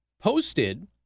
posted